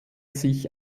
sich